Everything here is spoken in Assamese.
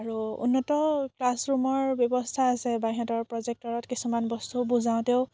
আৰু উন্নত ক্লাছৰুমৰ ব্যৱস্থা আছে বা সিহঁতৰ প্ৰজেক্টৰত কিছুমান বস্তু বুজাওতেও